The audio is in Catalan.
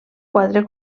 quatre